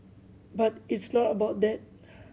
but it's not about that